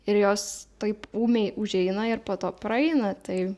ir jos taip ūmiai užeina ir po to praeina tai